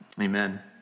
Amen